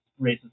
racist